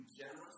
generous